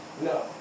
No